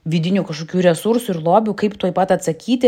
vidinių kažkokių resursų ir lobių kaip tuoj pat atsakyti